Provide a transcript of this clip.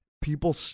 people